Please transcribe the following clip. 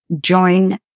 join